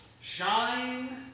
shine